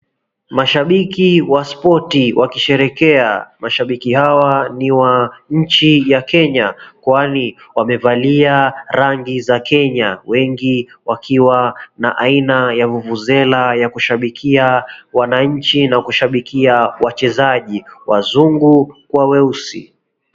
Mashabiki wa spoti wakisherekea, mashabiki hawa ni wa 𝑛chi ya Kenya kwani wamevalia rangi za Kenya, wengi wakiwa na aina ya vuvuzela ya kushabikia wananchi na kushabikia wachezaji wazungu kwa weusi.